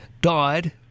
died